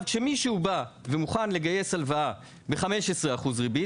כשמישהו בא ומוכן לגייס הלוואה ב-15% ריבית